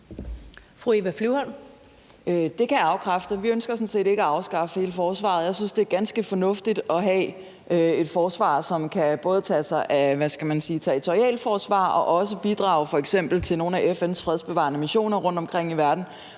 Det kan jeg afkræfte. Vi ønsker sådan set ikke at afskaffe hele forsvaret. Jeg synes, det er ganske fornuftigt at have et forsvar, som både kan tage sig af, hvad skal man sige, territorialforsvar og også bidrage til f.eks. nogle af FN's fredsbevarende missioner rundtomkring i verden